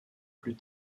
plus